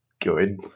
good